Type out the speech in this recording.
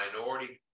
minority